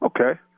okay